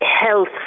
health